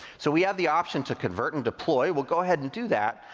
so we have the option to convert and deploy. we'll go ahead and do that.